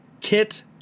kit